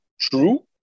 true